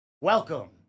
welcome